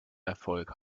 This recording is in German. erfolg